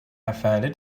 offended